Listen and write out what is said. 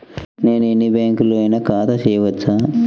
నేను ఎన్ని బ్యాంకులలోనైనా ఖాతా చేయవచ్చా?